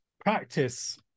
practice